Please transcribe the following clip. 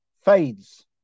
fades